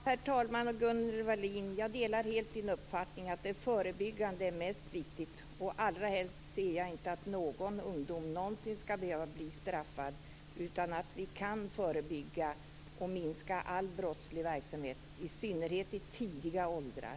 Herr talman! Jag delar helt Gunnel Wallins uppfattning att det förebyggande arbetet är viktigast. Allra helst ser jag att inte någon ungdom någonsin skall behöva bli straffad, utan att vi kan förebygga och minska all brottslig verksamhet, i synnerhet i tidiga åldrar.